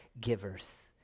givers